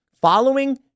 following